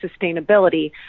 sustainability